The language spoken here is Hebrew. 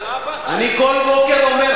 אני כל בוקר,